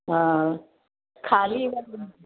हा खाली